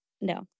no